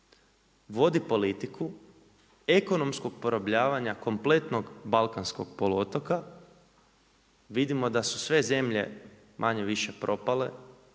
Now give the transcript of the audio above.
vodi politiku ekonomskog porobljavanja kompletnog Balkanskog poluotoka, vidimo da su sve zemlje manje-više propale,